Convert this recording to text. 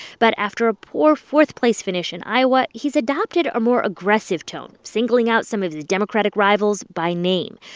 but after a poor fourth-place finish in iowa, he's adopted a more aggressive tone, singling out some of his democratic rivals by name.